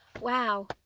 wow